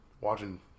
watching